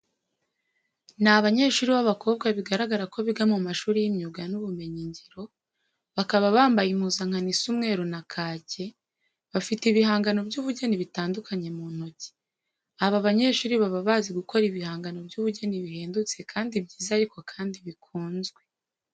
Ni abanyehuri b'abakobwa bigaragara ko biga mu mashuri y'imyuga n'ubumenyingiro, bakaba bambaye impuzankano isa umweru na kake, bafite ibihangano by'ubugeni bitandukanye mu ntiko. Aba banyeshuri baba bazi gukora ibihangano by'ubugeni bihendutse kandi byiza ariko kandi bikunzwe.